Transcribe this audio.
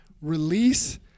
release